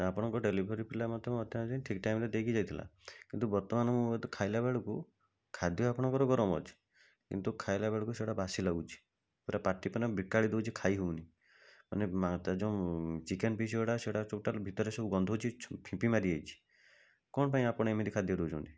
ତ ଆପଣଙ୍କ ଡେଲିଭରି ପିଲା ମତେ ମଧ୍ୟ ମତେ ଠିକ୍ ଟାଇମରେ ଦେଇକି ଯାଇଥିଲା କିନ୍ତୁ ବର୍ତ୍ତମାନ ମୁଁ ଖାଇଲା ବେଳକୁ ଖାଦ୍ୟ ଆପଣଙ୍କର ଗରମ ଅଛି କିନ୍ତୁ ଖାଇଲା ବେଳକୁ ସେଗୁଡ଼ା ବାସି ଲାଗୁଛି ପୁରା ପାଟି ମାନେ ବିକାଳି ଦଉଛି ଖାଇହଉନି ମାନେ ମା ତା ଯେଉଁ ଚିକେନ୍ ପିସ୍ ଗୁଡ଼ା ସେଡ଼ା ଟୋଟାଲ ଭିତରେ ସବୁ ଗନ୍ଧଉଛି ଫିମ୍ପି ମାରି ଯାଇଛି କ'ଣ ପାଇଁ ଆପଣ ଏମିତି ଖାଦ୍ୟ ଦଉଛନ୍ତି